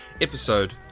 episode